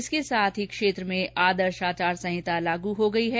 इसके साथ ही क्षेत्र में आदर्श आचार संहिता लागू हो गई है